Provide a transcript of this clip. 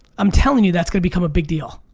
i'm tellin' you that's gonna become a big deal.